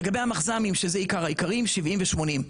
לגבי המחז"מים, שזה עיקר העיקרים 70 ו-80.